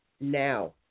now